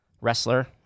wrestler